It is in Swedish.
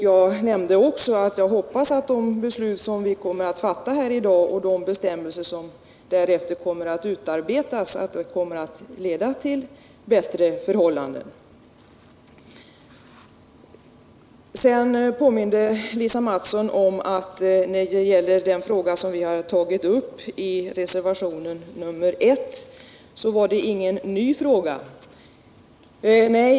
Jag nämnde också att jag hoppades att det beslut vi skall fatta här i dag och de bestämmelser som därefter kommer att utarbetas skall leda till att det blir bättre förhållanden för personalen. När det gäller den fråga som vi tagit upp i reservationen 1 påminde Lisa Mattson om att detta inte var någon ny fråga.